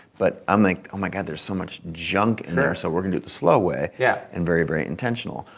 but i'm like, oh my god, there's so much junk in there so we're gonna do it the slow way yeah and very, very intentional.